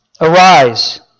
Arise